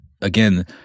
again